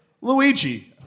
Luigi